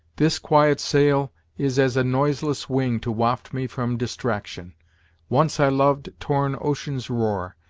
this quiet sail is as a noiseless wing to waft me from distraction once i loved torn ocean's roar,